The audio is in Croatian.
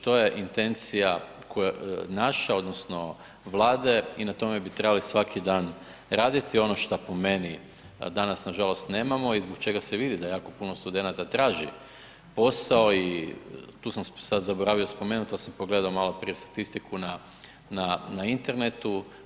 To je intencija naša, odnosno Vlade i na tome bi trebali svaki dan raditi, ono što po meni danas nažalost nemamo, i zbog čega se vidi da jako puno studenata traži posao i tu sam zaboravio spomenuti, ali sam pogledao maloprije statistiku na internetu.